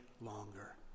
longer